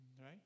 Right